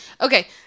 Okay